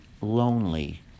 lonely